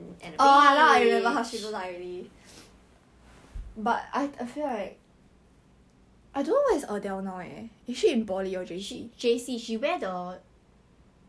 then like you will probably regret your decision like 做什么我为了一个女孩子 destroy my future cause J_C easier to go uni right ya lah exactly but he go N_S first lah